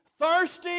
thirsty